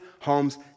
homes